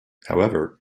however